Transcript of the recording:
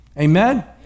Amen